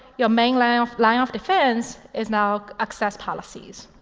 your main line of line of defense is now access policies.